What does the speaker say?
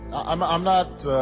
um i'm not.